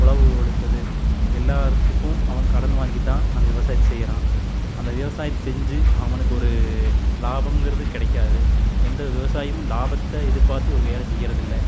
உழவு உழுத்தது எல்லார்த்துக்கும் அவன் கடன் வாங்கித்தான் அந்த விவசாயத்தை செய்கிறான் அந்த விவசாயத்தை செஞ்சு அவனுக்கு ஒரு லாபமுங்கிறது கிடைக்காது எந்த விவசாயியும் லாபத்தை எதிர்பார்த்து ஒரு வேலை செய்கிறதில்லை